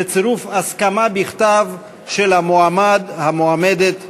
בצירוף הסכמה בכתב של המועמד או המועמדת עצמם.